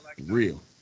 real